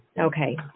Okay